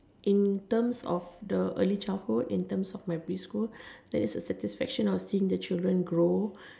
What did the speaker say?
in terms of the early childhood in terms of preschool that is my satisfaction of seeing the children grow